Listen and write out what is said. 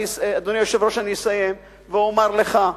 אני אסיים ואומר לך: